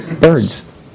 Birds